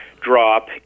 drop